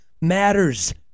matters